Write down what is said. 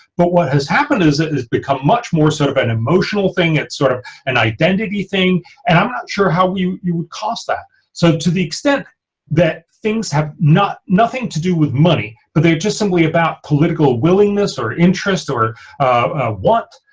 but what has happened is it has become much more sort of an emotional thing it's sort of an identity thing and i'm not sure how you you would cost that so to the extent that things have not nothing to do with money, but they're just simply about political willingness or interest or what?